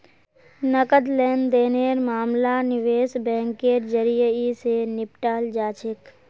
नकद लेन देनेर मामला निवेश बैंकेर जरियई, स निपटाल जा छेक